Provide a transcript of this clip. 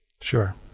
Sure